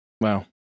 Wow